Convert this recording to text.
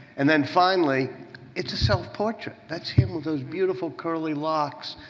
and then finally it's a self-portrait. that's him those beautiful curly locks.